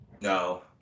No